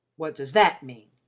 what does that mean?